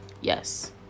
yes